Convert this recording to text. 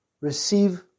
Receive